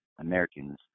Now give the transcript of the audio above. Americans